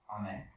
Amen